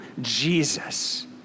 Jesus